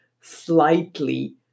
slightly